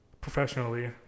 professionally